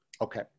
Okay